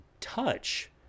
touch